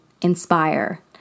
inspire